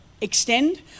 extend